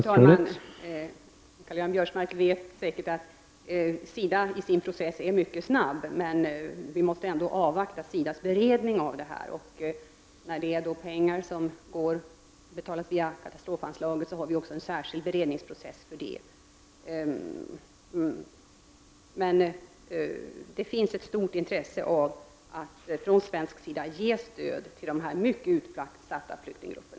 Herr talman! Karl-Göran Biörsmark vet säkert att SIDA i sin process är mycket snabb, men vi måste ändå avvakta SIDAs beredning av ärendet. Vi har också en särskilt beredningsprocess för pengar som betalas via katastrofanslaget. Det finns ett stort intresse av att från svensk sida ge stöd till dessa mycket utsatta flyktinggrupper.